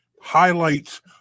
highlights